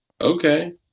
okay